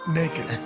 naked